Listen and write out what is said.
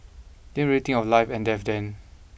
didn't really think of life and death then